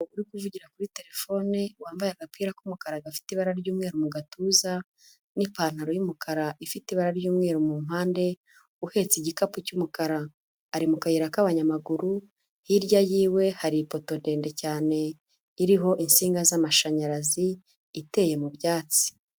Umugabo uri kuvugira kuri telefone wambaye agapira k'umukara gafite ibara ry'umweru mu gatuza n'ipantaro y'umukara ifite ibara ry'umweru mu mpande, uhetse igikapu cy'umukara, ari mu kayira k'abanyamaguru, hirya yiwe hari ipoto ndende cyane iriho insinga z'amashanyarazi, iteye mu byatsi.